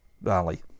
Valley